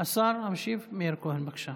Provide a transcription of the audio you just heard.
השר המשיב מאיר כהן, בבקשה.